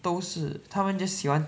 都是他们 just 喜欢